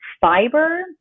fiber